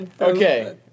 Okay